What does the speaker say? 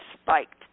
spiked